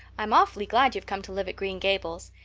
i'm awfully glad you've come to live at green gables.